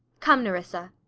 come, nerissa.